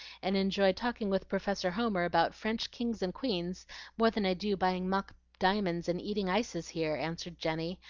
and enjoy talking with professor homer about french kings and queens more than i do buying mock diamonds and eating ices here, answered jenny,